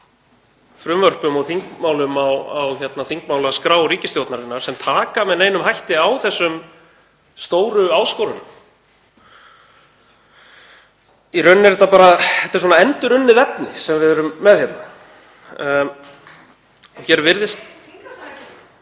frumvörpum og þingmálum á þingmálaskrá ríkisstjórnarinnar, sem taka með neinum hætti á þessum stóru áskorunum. Í rauninni er þetta bara endurunnið efni sem við erum með hérna. Hér virðist